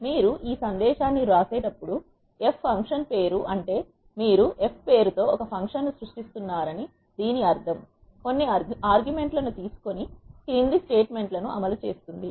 మీరు ఈ ఆదేశాన్ని వ్రాసేటప్పుడు f ఫంక్షన్ పేరు అంటే మీరు f పేరుతో ఒక ఫంక్షన్ ను సృష్టిస్తున్నారని దీని అర్థం కొన్ని ఆర్గుమెంట్ లను తీసుకొని క్రింది స్టేట్మెంట్ లను అమలు చేస్తుంది